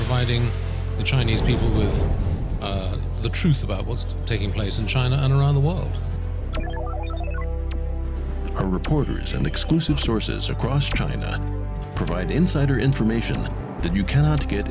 fighting the chinese people is the truth about what's taking place in china and around the world are reporters and exclusive sources across china provide insider information that you cannot get